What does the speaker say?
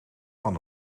van